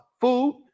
food